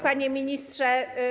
Panie Ministrze!